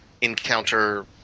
encounter